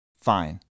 Fine